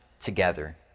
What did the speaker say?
together